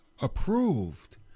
approved